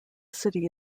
city